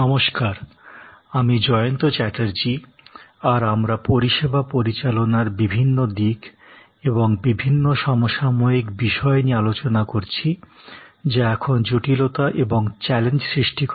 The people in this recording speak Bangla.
নমস্কার আমি জয়ন্ত চ্যাটার্জী আর আমরা পরিষেবা পরিচালনার বিভিন্ন দিক এবং বিভিন্ন সমসাময়িক বিষয় নিয়ে আলোচনা করছি যা এখন জটিলতা এবং চ্যালেঞ্জ সৃষ্টি করে